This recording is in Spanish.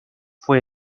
fue